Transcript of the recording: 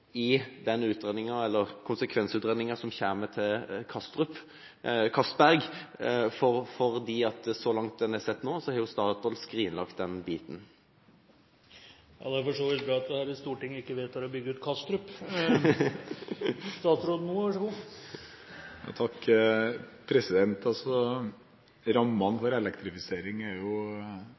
i den konsekvensutredningen som kommer til Kastrup, nei, Castberg Så langt en har sett nå, har Statoil skrinlagt den biten. Det er for så vidt bra at Stortinget ikke vedtar å bygge ut Kastrup